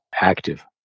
active